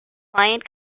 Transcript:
client